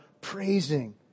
praising